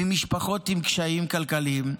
ממשפחות עם קשיים כלכליים,